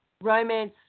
romance